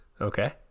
Okay